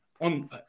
on